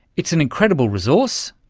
it's an incredible resource,